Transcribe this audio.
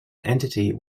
entity